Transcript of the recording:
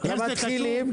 החזירות.